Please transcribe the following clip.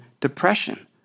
depression